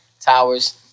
Towers